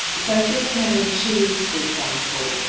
so if you're smelling cheese, for example,